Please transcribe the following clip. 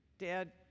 Dad